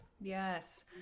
Yes